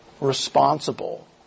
responsible